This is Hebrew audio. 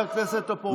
חבר הכנסת טופורובסקי.